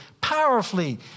powerfully